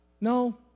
no